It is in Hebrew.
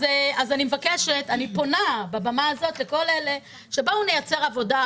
אז אני פונה בבמה הזאת לכל אלה: בואו נייצר עבודה,